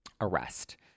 arrest